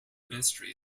ministry